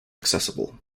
accessible